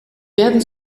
werden